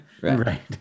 Right